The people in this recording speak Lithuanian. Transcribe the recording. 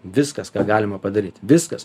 viskas ką galima padaryt viskas